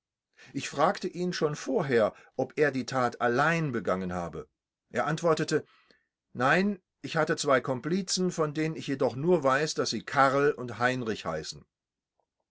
ich fragte ihn schon vorher ob er die tat allein begangen habe er antwortete nein ich hatte zwei komplicen von denen ich jedoch nur weiß daß sie karl und heinrich heißen